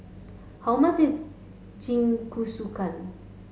how much is Jingisukan